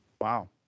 Wow